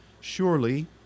Surely